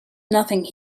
nothing